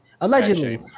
Allegedly